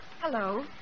Hello